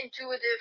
intuitive